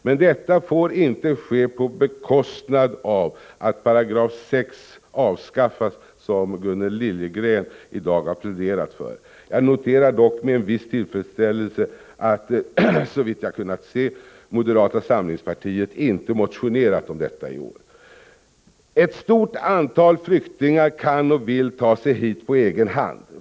Men detta får inte ske på bekostnad av att 6 § avskaffas, som Gunnel Liljegren i dag har pläderat för. Jag noterar dock med en viss tillfredsställelse att, såvitt jag kunnat se, moderata samlingspartiet inte motionerat om detta i år. Ett stort antal flyktingar kan och vill ta sig hit på egen hand.